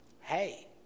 hey